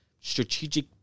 strategic